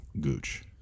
gooch